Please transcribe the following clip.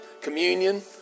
communion